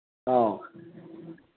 ꯑꯧ